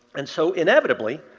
and so inevitably,